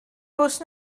bws